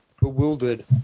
bewildered